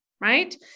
right